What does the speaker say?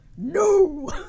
No